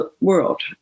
world